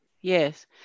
Yes